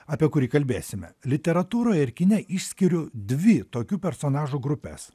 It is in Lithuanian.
apie kurį kalbėsime literatūroje ir kine išskiriu dvi tokių personažų grupes